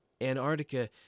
Antarctica